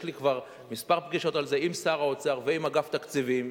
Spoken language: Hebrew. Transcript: יש לי כבר כמה פגישות על זה עם שר האוצר ועם אגף תקציבים,